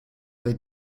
they